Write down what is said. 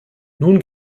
nun